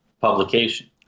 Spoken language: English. publication